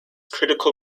critical